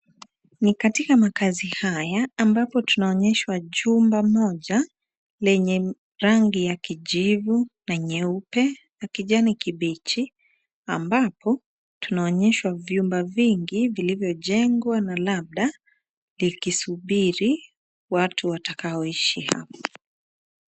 Ni katika makazi haya ambapo tunaonyeshwa jumba moja lenye rangi ya kijivu na nyeupe na kijani kibichi ambapo tunaonyeshwa vyumba vingi vilivyojengwa na labda likisubiri watu watakaoishi.